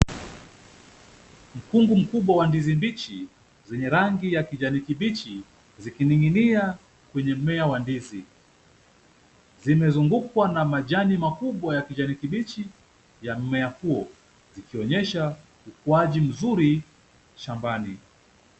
Mkungu mkubwa wa ndizi mbichi, zenye rangi ya kijani kibichi zikining'inia kwenye mmea wa ndizi. Zimezungukwa na majani makubwa ya kijani kibichi ya mmea huo, zikionyesha ukuaji mzuri shambani.